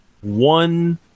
one